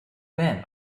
men